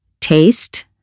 taste